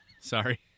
Sorry